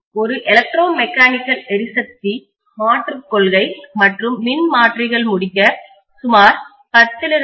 ஒரு electro mechanical எரிசக்தி மாற்றுக் கொள்கை மற்றும் மின்மாற்றிகள் முடிக்க சுமார் 10 12